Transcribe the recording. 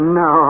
no